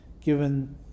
given